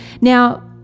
Now